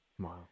Wow